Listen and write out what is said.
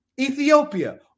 Ethiopia